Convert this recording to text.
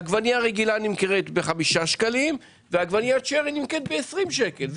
עגבנייה רגילה נמכרת ב-5 שקלים ועגבניית שרי נמכרת ב-20 שקלים,